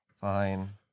Fine